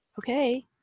okay